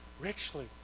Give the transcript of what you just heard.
richly